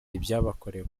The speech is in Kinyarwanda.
ibyabakorewe